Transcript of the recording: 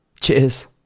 Cheers